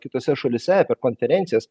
kitose šalyse per konferencijas